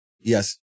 yes